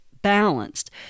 Balanced